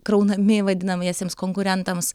kraunami vadinamiesiems konkurentams